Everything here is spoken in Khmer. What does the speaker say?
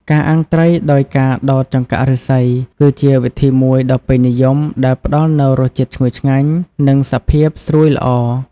ការអាំងត្រីដោយការដោតចង្កាក់ឫស្សី គឺជាវិធីមួយដ៏ពេញនិយមដែលផ្តល់នូវរសជាតិឈ្ងុយឆ្ងាញ់ និងសភាពស្រួយល្អ។